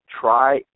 try